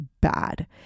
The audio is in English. bad